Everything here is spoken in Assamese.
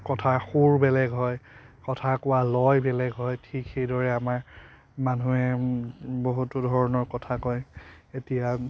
কথাৰ সুৰ বেলেগ হয় কথা কোৱা লয় বেলেগ হয় ঠিক সেইদৰে আমাৰ মানুহে বহুতো ধৰণৰ কথা কয় এতিয়া